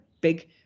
big